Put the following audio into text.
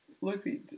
Loopy